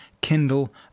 kindle